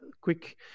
quick